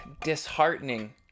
disheartening